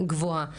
גבוהה.